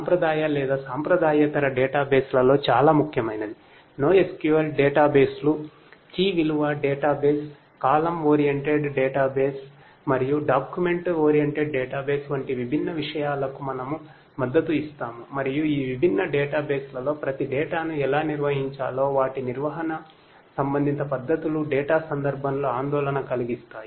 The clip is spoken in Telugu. సమయం చూడండి వేర్వేరు డేటా సందర్భంలో ఆందోళన కలిగిస్తాయి